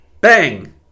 bang